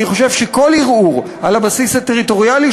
אני חושב שכל ערעור על הבסיס הטריטוריאלי